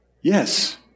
Yes